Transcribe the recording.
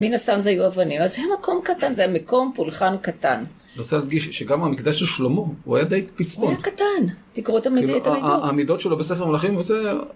מן הסתם זה היו אבנים, אז זה היה מקום קטן, זה היה מקום פולחן קטן. אני רוצה להדגיש שגם המקדש של שלמה, הוא היה די פצפון. הוא היה קטן, תקראו את המידות. המידות שלו בספר מלכים...